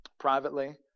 privately